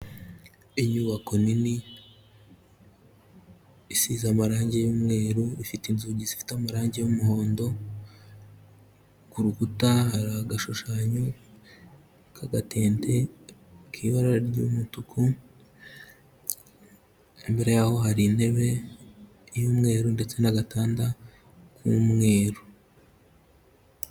Inyubako nini isize amarangi y'umweru, ifite inzugi zifite amarangi y'umuhondo. Ku rukuta hari agashushanyo k'agatete k'ibara ry'umutuku. Imbere yaho hari intebe y'umweru ndetse n'agatanda k'umweru.